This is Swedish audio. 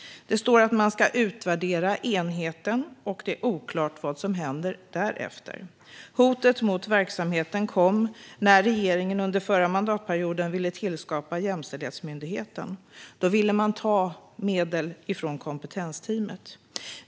Det står att man ska utvärdera enheten, och det är oklart vad som händer därefter. Hotet mot verksamheten kom när regeringen under förra mandatperioden ville tillskapa Jämställdhetsmyndigheten och ta medel från kompetensteamet.